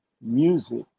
music